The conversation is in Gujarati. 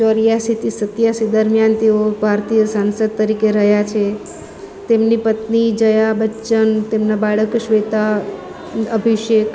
ચોર્યાશીથી સત્યાશી દરમ્યાન તેઓ ભારતીય સાસંદ તરીકે રહ્યા છે તેમની પત્ની જયા બચ્ચન તેમનાં બાળકો શ્વેતા અભિષેક